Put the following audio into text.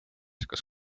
kas